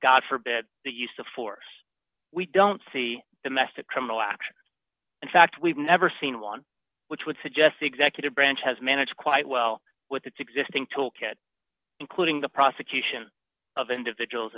god forbid the use of force we don't see domestic criminal action in fact we've never seen one which would suggest the executive branch has managed quite well with its existing toolkit including the prosecution of individuals